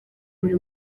buri